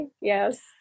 yes